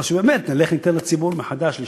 או שבאמת נלך וניתן מחדש לציבור,